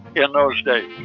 in those days